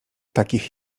takich